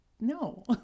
no